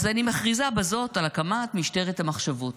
אז אני מכריזה בזאת על הקמת משטרת המחשבות.